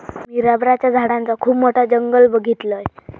मी रबराच्या झाडांचा खुप मोठा जंगल बघीतलय